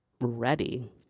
ready